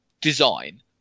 design